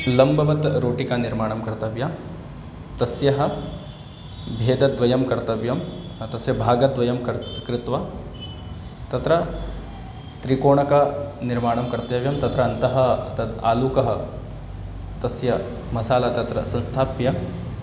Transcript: लम्बवत् रोटिकायाः निर्माणं कर्तव्यं तस्याः भागद्वयं कर्तव्यं तस्य भागद्वयं कर्तनं कृत्वा तत्र त्रिकोणकनिर्माणं कर्तव्यं तत्र अन्तः तत् आलुकस्य तस्य मसाला तत्र संस्थाप्य